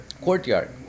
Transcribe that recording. courtyard